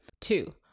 Two